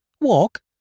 walk